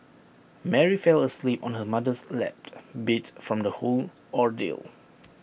Mary fell asleep on her mother's lap beat from the whole ordeal